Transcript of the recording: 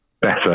better